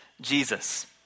Jesus